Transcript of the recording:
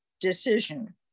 decision